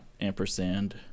ampersand